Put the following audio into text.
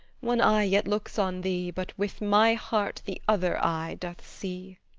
one eye yet looks on thee but with my heart the other eye doth see.